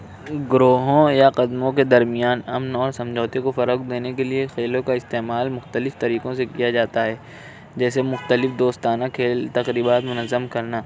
گروہوں یا قدموں کے درمیان امن اور سمجھوتے کو فروغ دینے کے لیے کھیلوں کا استعمال مختلف طریقوں سے کیا جاتا ہے جیسے مختلف دوستانہ کھیل تقریبات منظم کرنا